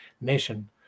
nation